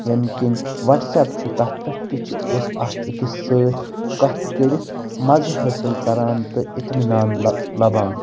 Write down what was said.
ییٚمہِ کِنۍ وَٹسَپ چھُ تَتھ پٮ۪ٹھ تہِ چھِ أسۍ اکھ أکِس سۭتۍ کَتھ کٔرِتھ مَزٕ حٲصِل کران تہٕ اطمینان لَبان